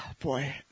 boy